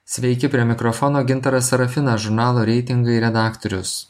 sveiki prie mikrofono gintaras serafinas žurnalo reitingai redaktorius